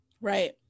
Right